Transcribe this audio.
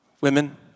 women